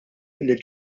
lill